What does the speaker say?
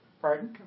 Pardon